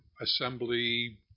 assembly